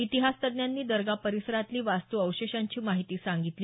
इतिहासतज्ज्ञांनी दर्गा परिसरातली वास्तू अवशेषांची माहिती सांगितली